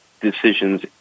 decisions